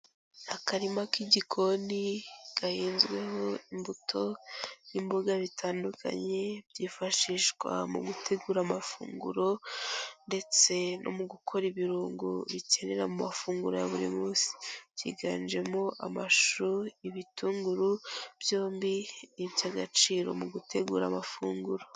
Akarima k'igikoni gahinzweho imbuto n'imboga bitandukanye, byifashishwa mu gutegura amafunguro ndetse no mu gukora ibirungo bikenera mu mafunguro ya buri munsi, byiganjemo amashu, ibitunguru byombi ni iby'agaciro mu gutegura amafunguro.